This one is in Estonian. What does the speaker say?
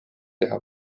teha